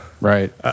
Right